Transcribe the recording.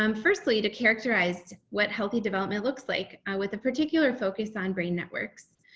um firstly, to characterize what healthy development looks like with a particular focus on brain networks.